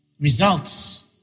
results